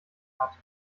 hat